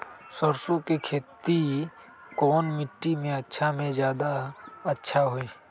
सरसो के खेती कौन मिट्टी मे अच्छा मे जादा अच्छा होइ?